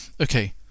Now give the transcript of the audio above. Okay